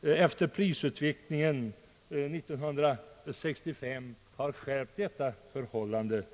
efter 1965 har skärpt detta förhållande.